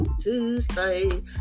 Tuesday